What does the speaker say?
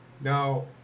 Now